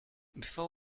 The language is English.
before